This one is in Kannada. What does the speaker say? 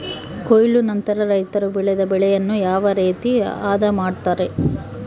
ಕೊಯ್ಲು ನಂತರ ರೈತರು ಬೆಳೆದ ಬೆಳೆಯನ್ನು ಯಾವ ರೇತಿ ಆದ ಮಾಡ್ತಾರೆ?